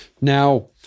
Now